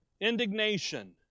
indignation